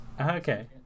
Okay